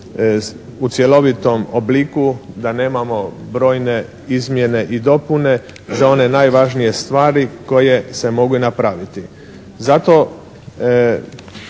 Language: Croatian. u cjelovitom obliku da nemamo brojne izmjene i dopune za one najvažnije stvari koje se mogu i napraviti.